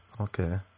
Okay